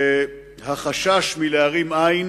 שהחשש מלהרים עין